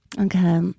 Okay